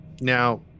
Now